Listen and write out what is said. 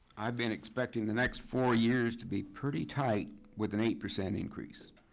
i've been expecting the next four years to be pretty tight with an eight percent increase.